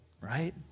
right